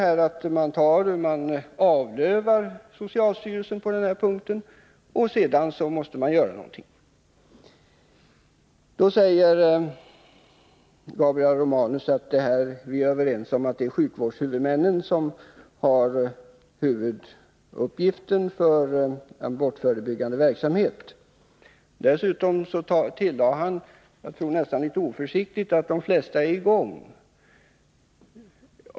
Och då avlövar man socialstyrelsen på den här punkten, och sedan måste man åter göra någonting. Gabriel Romanus säger att vi är överens om att sjukvårdshuvudmännen har huvudansvaret för den abortförebyggande verksamheten. Dessutom tillade han — jag tror nästan litet oförsiktigt — att de flesta är i gång.